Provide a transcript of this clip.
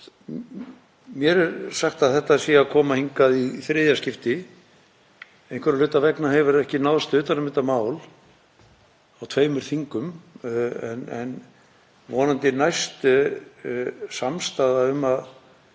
Mér er sagt að þetta sé að koma hingað í þriðja skipti. Einhverra hluta vegna hefur ekki náðst utan um þetta mál á tveimur þingum en vonandi næst samstaða um að